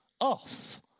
off